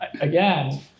Again